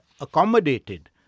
accommodated